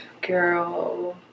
Girl